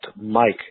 mike